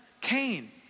Cain